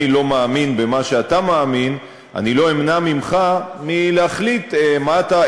לא מאמין במה שאתה מאמין אני לא אמנע ממך להחליט מה אתה,